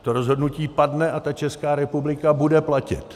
To rozhodnutí padne a ta Česká republika bude platit.